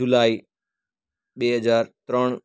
જુલાઈ બે હજાર ત્રણ